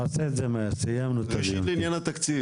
תעשה את זה מהר, סיימנו את הדיון.